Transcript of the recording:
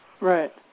Right